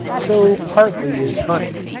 so partly is honey.